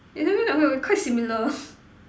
in a way okay we quite similar